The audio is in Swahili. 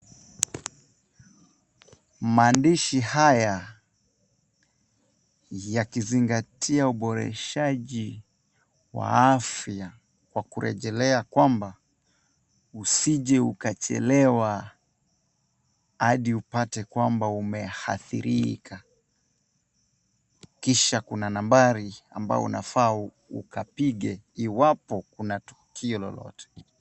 Maandishi haya yakizingatia uboreshaji wa afya kwa urejelea kwamba usije ukachelewa hadi upate kwamba umeathirika. Kisha kuna nambari ambayo unafaa ukapige iwapo kuna tukio lolote.